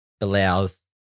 allows